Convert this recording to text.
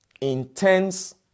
Intense